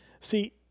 See